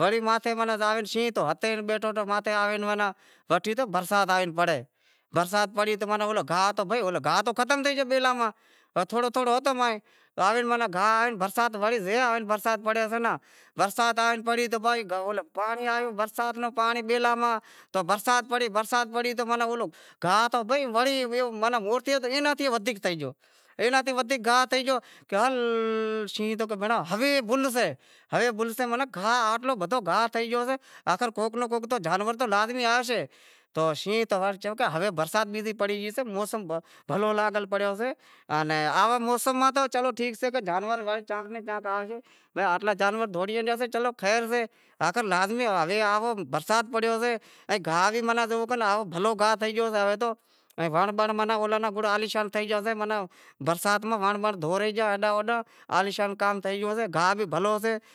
وڑی ماتھے ماناں زاوے شینہں مناں ہتے ئی بیٹھو تو ماتھے آوے وٹھی زو برسات آوے پڑے، برستا پڑی تو گاہ تو ختم تھے گیو بیلاں ماہ، تھوڑو تھوڑو ہتو ماہیں زے آوے ناں برسات پڑے ،برسات پڑی تو اولے آئے پانڑی آیو، برسات رو پانڑی آیو برسات رو پانڑی بیلاں ماہ، برستات پڑی تو گاہ وڑی موہرتی ناں بھی ودھیک تھئی گیو۔ ایلاں تیں ودھیک گاہ تھئی گیو کہ ہل، شینہں کہے کہ بھینڑاں ہوے بل سے، بل سے ماناں آتلو بدہو گاہ تھئی سئے آخر کوہک ناں کوہک جانور تو لازمی آوشے، تو شینہں کہے کہ ہوے برسات بیزی پڑی گئی سئے موسم بھلو لاگل پڑیو سے آن آئو موسم ماہ تو چلو ٹھیک سے پر جانور چاں نی چاں آوی زاشیں آتلا جانور دہوڑی گیاسے چلو خیر سے آخر لازمی ہوے آوو برسات پڑیو سے گاہ بھی بھلو تھئی گیو سے، ہنڑ بنڑ ماناں عالیشان تھئی گیا سیں برسات ماہ ونڑ بنڑ دھونری گیا عالیشان کام تھئی گیوسے